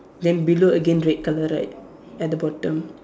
then below again red colour right at the bottom